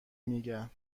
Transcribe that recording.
میگن